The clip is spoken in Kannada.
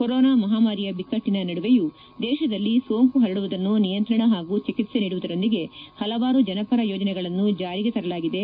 ಕೊರೋನಾ ಮಹಾಮಾರಿಯ ಬಿಕ್ಕಟ್ಟನ ನಡುವೆಯೂ ದೇಶದಲ್ಲಿ ಸೋಂಕು ಹರಡುವುದನ್ನು ನಿಯಂತ್ರ ಹಾಗೂ ಚಿಕಿತ್ಸೆ ನೀಡುವುದರೊಂದಿಗೆ ಹಲವಾರು ಜನಪರ ಯೋಜನೆಗಳನ್ನು ಜಾರಿಗೆ ತರಲಾಗಿದೆ